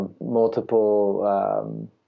multiple